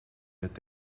het